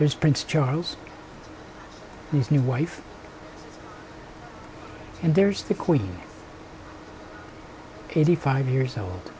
there's prince charles and his new wife and there's the queen eighty five years old